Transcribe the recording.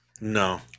no